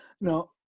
now